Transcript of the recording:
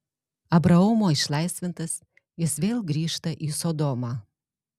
abraomo išlaisvintas jis vėl grįžta į sodomą